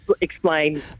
explain